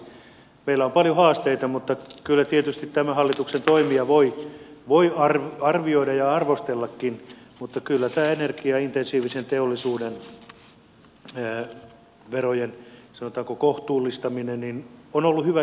meillä on paljon haasteita ja kyllä tietysti tämän hallituksen toimia voi arvioida ja arvostellakin mutta kyllä tämä energiaintensiivisen teollisuuden verojen sanotaanko kohtuullistaminen on ollut hyvä signaali